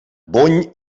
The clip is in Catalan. bony